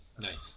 Nice